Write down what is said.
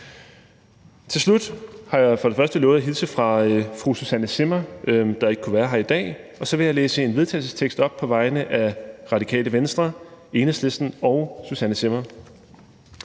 Til slut har jeg for det første lovet at hilse fra fru Susanne Zimmer, der ikke kunne være her i dag, og så vil jeg på vegne af Det Radikale Venstre, Enhedslisten og fru Susanne Zimmer